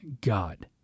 God